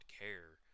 care